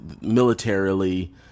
militarily